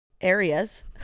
areas